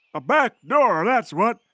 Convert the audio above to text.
a back door, that's what.